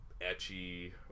etchy